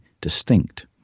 distinct